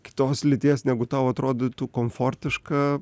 kitos lyties negu tau atrodytų komfortiška